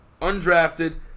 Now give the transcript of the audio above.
Undrafted